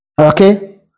okay